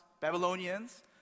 babylonians